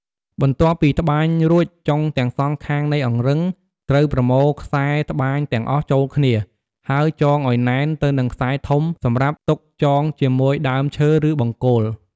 បន្ទាប់ពី ត្បាញរួចចុងទាំងសងខាងនៃអង្រឹង ត្រូវប្រមូលខ្សែត្បាញទាំងអស់ចូលគ្នា ហើយចងឲ្យណែនទៅនឹងខ្សែធំ សម្រាប់ទុកចងជាមួយដើមឈើឬបង្គោល។